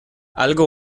algo